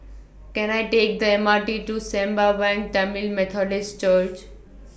Can I Take The M R T to Sembawang Tamil Methodist Church